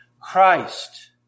Christ